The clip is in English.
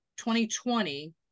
2020